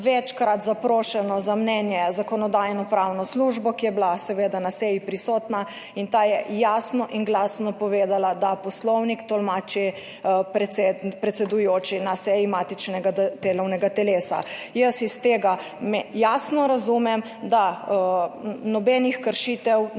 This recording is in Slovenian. večkrat zaprošeno za mnenje Zakonodajno-pravne službe, ki je bila seveda na seji prisotna in ta je jasno in glasno povedala, da Poslovnik tolmači predsedujoči na seji matičnega delovnega telesa. Jaz iz tega jasno razumem, da nobenih kršitev ni